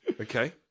Okay